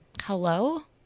Hello